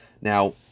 Now